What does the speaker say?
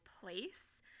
place